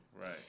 Right